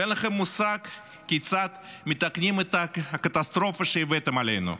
ואין לכם מושג כיצד מתקנים את הקטסטרופה שהבאתם עלינו.